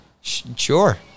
Sure